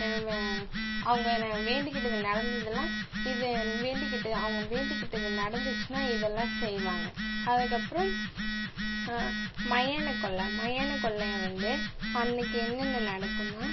அவங்க நான் வேண்டிக்கிட்டது நடந்ததுன்னா இதை வேண்டிக்கிட்டு அவங்க வேண்டிக்கிட்டது நடந்துச்சுன்னா இதெல்லாம் செய்வாங்க அதுக்கப்புறம் மயானக் கொள்ள மயானக் கொள்ளையன் வந்து அன்றைக்கி என்னென்ன நடக்குன்னா